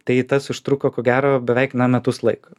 tai tas užtruko ko gero beveik metus laiko